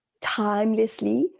timelessly